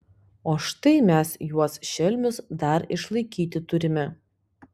o štai mes juos šelmius dar išlaikyti turime